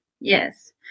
Yes